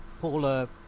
Paula